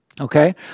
Okay